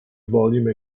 volume